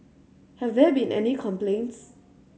have there been any complaints